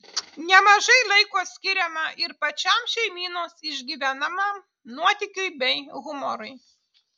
nemažai laiko skiriama ir pačiam šeimynos išgyvenamam nuotykiui bei humorui